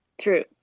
True